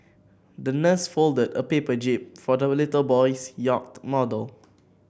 the nurse folded a paper jib for the little boy's yacht model